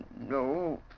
No